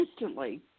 instantly